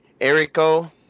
Erico